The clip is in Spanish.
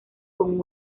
con